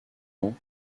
ans